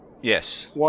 yes